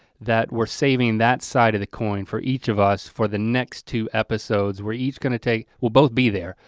that we're saving that side of the coin for each of us for the next two episodes, we're each gonna take, we'll both be there.